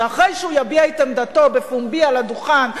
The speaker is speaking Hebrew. שאחרי שהוא יביע את עמדתו בפומבי על הדוכן,